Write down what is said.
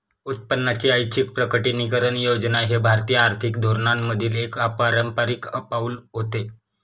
उत्पन्नाची ऐच्छिक प्रकटीकरण योजना हे भारतीय आर्थिक धोरणांमधील एक अपारंपारिक पाऊल होते